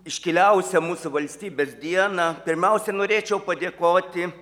iškiliausią mūsų valstybės dieną pirmiausia norėčiau padėkoti